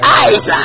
eyes